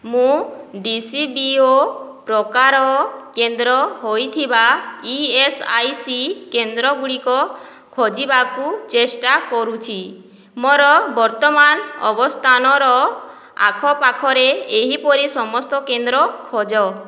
ମୁଁ D C B O ପ୍ରକାର କେନ୍ଦ୍ର ହୋଇଥିବା ଇ ଏସ୍ ଆଇ ସି କେନ୍ଦ୍ରଗୁଡ଼ିକ ଖୋଜିବାକୁ ଚେଷ୍ଟା କରୁଛି ମୋର ବର୍ତ୍ତମାନ ଅବସ୍ଥାନର ଆଖପାଖରେ ଏହିପରି ସମସ୍ତ କେନ୍ଦ୍ର ଖୋଜ